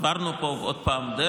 עברנו פה דרך,